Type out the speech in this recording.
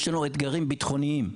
יש לנו אתגרים ביטחוניים.